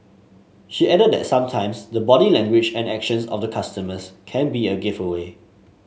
she added that sometimes the body language and actions of the customers can be a giveaway